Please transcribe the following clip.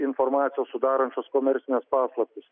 informacijos sudarančios komercines paslaptis